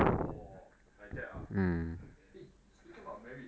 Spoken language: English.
orh like that ah eh speaking about married